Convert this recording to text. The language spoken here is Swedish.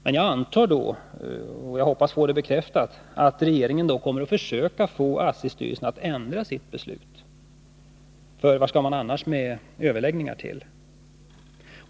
Men jag antar — och jag hoppas få det bekräftat — att regeringen då kommer att försöka få ASSI-styrelsen att ändra sitt beslut. Vad skall man annars med överläggningar till?